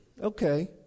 Okay